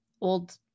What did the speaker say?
old